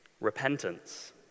repentance